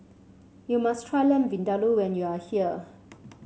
you must try Lamb Vindaloo when you are here